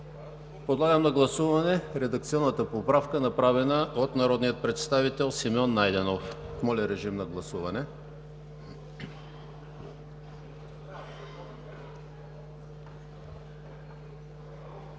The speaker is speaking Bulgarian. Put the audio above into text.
Подлагам на гласуване редакционната поправка, направена от народния представител Симеон Найденов. Гласували